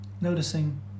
noticing